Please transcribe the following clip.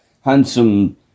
handsome